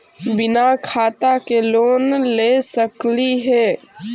बिना खाता के लोन ले सकली हे?